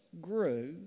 grew